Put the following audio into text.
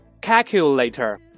Calculator